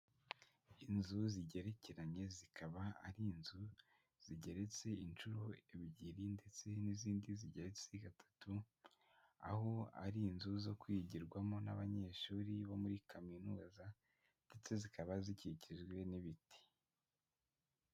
Inzu zigerekeranye zikaba ari inzu zigeretse inshuro ebyiri ndetse n'izindi zigeretse gatatu, aho ari inzu zo kwigirwamo n'abanyeshuri bo muri kaminuza ndetse zikaba zikikijwe n'ibiti.